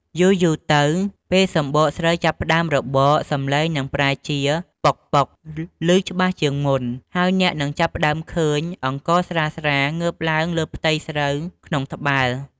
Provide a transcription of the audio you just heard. យូរៗទៅ ពេលសម្បកស្រូវចាប់ផ្តើមរបក សំឡេងនឹងប្រែជា "ប៉ុកៗ" ឮច្បាស់ជាងមុន ហើយអ្នកនឹងចាប់ផ្តើមឃើញអង្ករស្រាលៗងើបឡើងលើផ្ទៃស្រូវក្នុងត្បាល់។